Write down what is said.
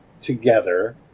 together